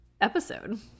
episode